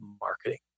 marketing